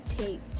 take